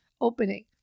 opening